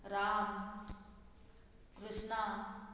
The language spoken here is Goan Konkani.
राम कृष्णा